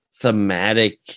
thematic